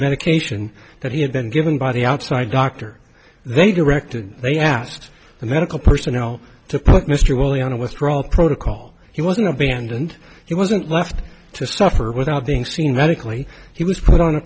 medication that he had been given by the outside doctor they directed they asked the medical personnel to put mr wiley on a withdrawal protocol he wasn't abandoned he wasn't left to stop or without being seen medically he was put on a